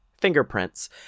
fingerprints